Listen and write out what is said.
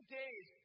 days